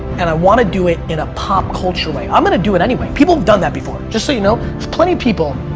and i want to do it in a pop culture way. i'm gonna do it anyway. people have done that before. just so you know, there's plenty of people.